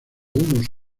uno